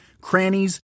crannies